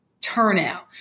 turnout